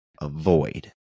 avoid